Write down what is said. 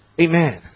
Amen